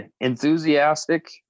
Enthusiastic